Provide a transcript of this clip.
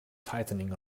tightening